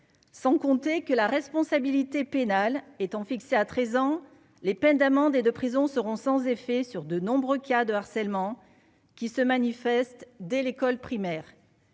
sans compter que la responsabilité pénale étant fixée à 13 ans les peines d'amendes et de prison seront sans effet sur de nombreux cas de harcèlement qui se manifeste dès l'école primaire.